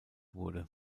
wurde